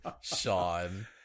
Sean